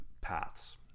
paths